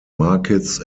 markets